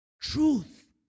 Truth